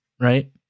right